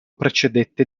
precedette